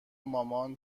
مامان